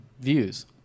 views